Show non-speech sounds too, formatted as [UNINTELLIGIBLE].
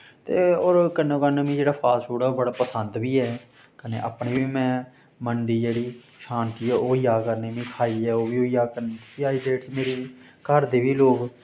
ते होर कन्नो कन्न मिगी जेह्ड़ा फास्टफूड़ ओह् बड़ा पसंद बी ऐ कन्नै अपने बी में मन दी जेह्ड़ी शांति ऐ ओह् होई जा करनी मी खाइयै ओह् बी होई जा करनी अज्ज दी डेट [UNINTELLIGIBLE] घर दे बी लोक